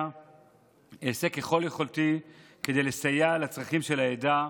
אעשה ככל יכולתי כדי לסייע בצרכים של העדה,